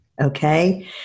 okay